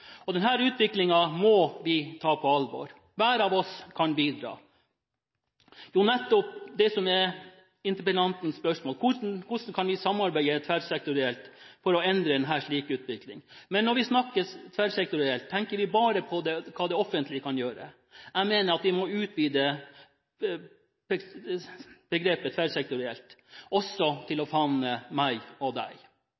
må vi ta på alvor. Hver av oss kan bidra, og det er jo nettopp det som er interpellantens spørsmål – hvordan kan vi samarbeide tverrsektorielt for å endre en slik utvikling? Når vi snakker tverrsektorielt, tenker vi da bare på hva det offentlige kan gjøre? Jeg mener at vi må utvide begrepet «tverrsektorielt» til også